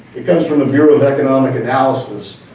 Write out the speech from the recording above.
it comes from the bureau of economic analysis,